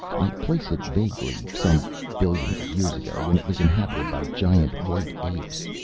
i place it vaguely, some billions of years ago, when it was inhabited by giant white apes.